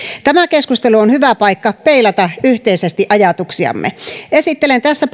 tämä keskustelu on hyvä paikka peilata yhteisesti ajatuksiamme esittelen tässä